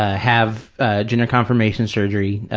ah have ah gender-confirmation surgery,